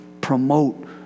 promote